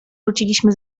wróciliśmy